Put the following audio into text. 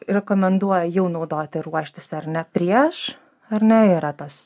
rekomenduoja jau naudoti ruoštis ar ne prieš ar ne yra tos